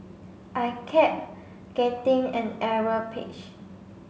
I kept getting an error page